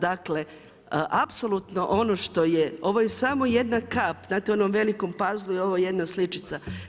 Dakle, apsolutno ono što je, ovo je samo jedna kap na onom velikom pazlu je ovo jedna sličica.